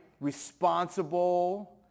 responsible